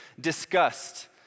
disgust